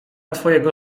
twojego